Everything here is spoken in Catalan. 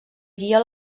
guia